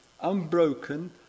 unbroken